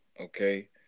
okay